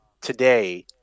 today